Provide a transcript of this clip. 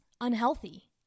unhealthy